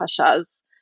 Pasha's